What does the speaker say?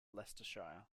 leicestershire